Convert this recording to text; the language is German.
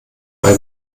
bei